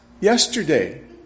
yesterday